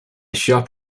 shop